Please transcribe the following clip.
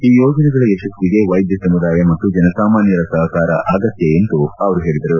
ಈ ಯೋಜನೆಗಳ ಯತಸ್ಸಿಗೆ ವೈದ್ಯ ಸಮುದಾಯ ಮತ್ತು ಜನಸಾಮಾನ್ಯರ ಸಹಕಾರ ಅಗತ್ಯ ಎಂದು ಅವರು ಹೇಳಿದರು